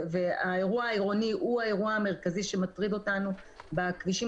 והאירוע העירוני הוא האירוע המרכזי שמטריד אותנו בכבישים